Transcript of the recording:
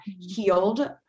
healed